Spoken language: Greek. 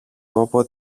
κόπο